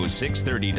630